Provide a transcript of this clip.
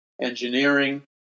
engineering